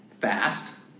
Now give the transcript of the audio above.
fast